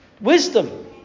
wisdom